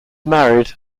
married